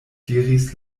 diris